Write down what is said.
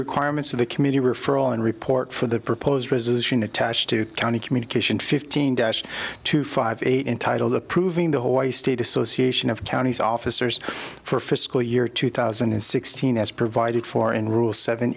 requirements of the committee referral and report for the proposed resolution attached to county communication fifteen dash two five eight entitled approving the hawaii state association of counties officers for fiscal year two thousand and sixteen as provided for in rule seven